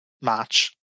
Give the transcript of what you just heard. match